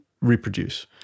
reproduce